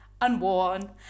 unworn